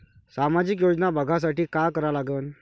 सामाजिक योजना बघासाठी का करा लागन?